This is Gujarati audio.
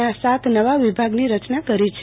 ના સાત નવા વિભાગોની રચના કરી છે